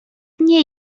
nie